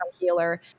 healer